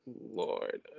Lord